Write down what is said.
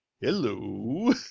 Hello